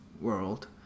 world